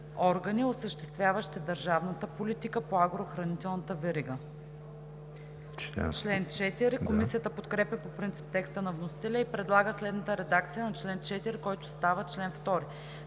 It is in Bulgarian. „Органи, осъществяващи държавната политика по агрохранителната верига“. Комисията подкрепя по принцип текста на вносителя и предлага следната редакция на чл. 4, който става чл. 2: